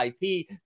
ip